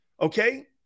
Okay